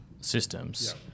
systems